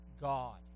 God